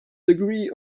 degree